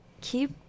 keep